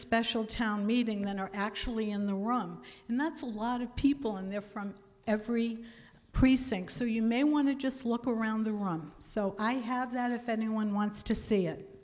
special town meeting that are actually in the room and that's a lot of people in there from every precinct so you may want to just look around the room so i have that if anyone wants to see it